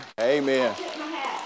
Amen